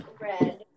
red